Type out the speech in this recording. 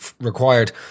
required